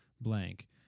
blank